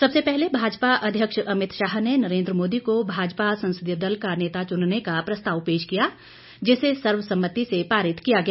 सबसे पहले भाजपा अध्यक्ष अमित शाह ने नरेन्द्र मोदी को भाजपा संसदीय दल का नेता चुनने का प्रस्ताव पेश किया जिसे सर्वसम्मति से पारित किया गया